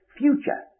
future